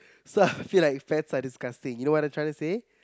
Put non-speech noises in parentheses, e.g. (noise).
(laughs) so I feel like fats are disgusting you know what I'm trying to say